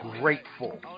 Grateful